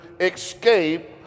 escape